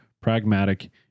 pragmatic